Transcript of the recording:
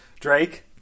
Drake